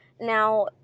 Now